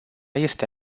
este